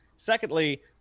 Secondly